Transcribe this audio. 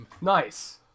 Nice